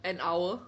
an hour